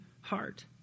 heart